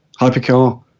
hypercar